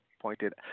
pointed